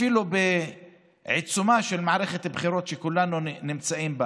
אפילו בעיצומה של מערכת בחירות שכולנו נמצאים בה,